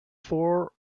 four